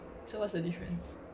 so what's the difference